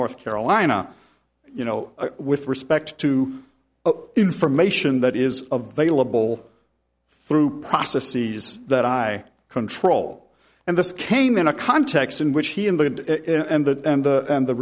north carolina you know with respect to information that is of vailable through process sees that i control and this came in a context in which he invited it and that and the